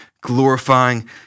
glorifying